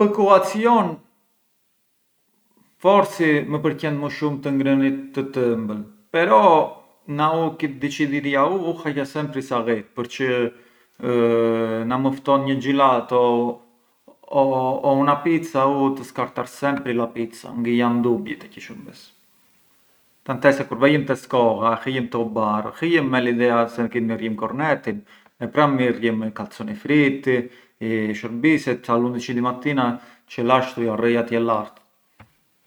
U giallu ë një kullurë çë më bun të pincar dritën, diallin, lulet, certi lule per esempiu, të verdhin e ves.